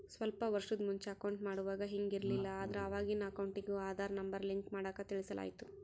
ಸ್ವಲ್ಪ ವರ್ಷುದ್ ಮುಂಚೆ ಅಕೌಂಟ್ ಮಾಡುವಾಗ ಹಿಂಗ್ ಇರ್ಲಿಲ್ಲ, ಆದ್ರ ಅವಾಗಿನ್ ಅಕೌಂಟಿಗೂ ಆದಾರ್ ನಂಬರ್ ಲಿಂಕ್ ಮಾಡಾಕ ತಿಳಿಸಲಾಯ್ತು